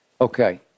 Okay